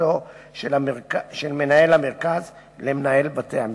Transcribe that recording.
כפיפותו של מנהל המרכז למנהל בתי-המשפט.